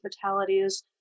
fatalities